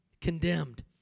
condemned